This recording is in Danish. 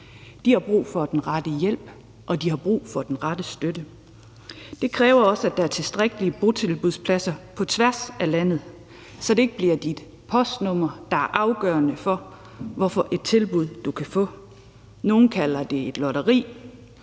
De har brug for den rette hjælp, og de har brug for den rette støtte. Det kræver også, at der er tilstrækkeligt med botilbudspladser på tværs af landet, så det ikke bliver dit postnummer, der er afgørende for, hvad for nogle tilbud du kan få. Nogle kalder det et lotteri.